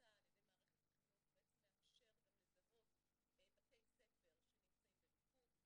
שנעשה על ידי מערכת החינוך בעצם מאפשר גם לזהות בתי ספר שנמצאים במיקוד,